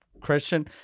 Christian